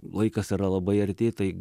laikas yra labai arti tai